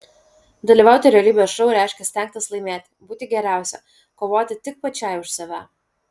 dalyvauti realybės šou reiškia stengtis laimėti būti geriausia kovoti tik pačiai už save